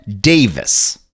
Davis